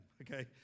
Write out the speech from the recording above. okay